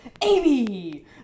Amy